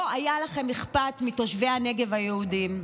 לא היה לכם אכפת מתושבי הנגב היהודים,